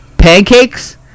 Pancakes